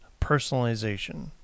personalization